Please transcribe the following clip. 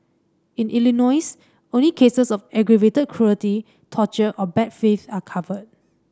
in Illinois only cases of aggravated cruelty torture or bad faith are covered